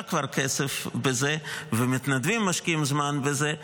כבר כסף בזה ומתנדבים משקיעים זמן בזה,